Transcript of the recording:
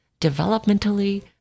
developmentally